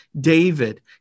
David